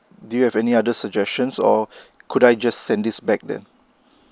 do you have any other suggestions or could I just send this back there